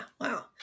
wow